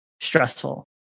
stressful